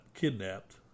kidnapped